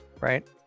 right